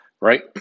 right